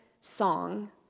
song